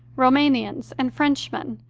rouma nians, and frenchmen,